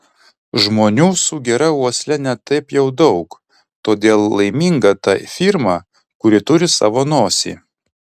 žmonių sugeria uosle ne taip jau daug todėl laiminga ta firma kuri turi savo nosį